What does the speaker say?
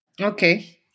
Okay